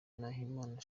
nahimana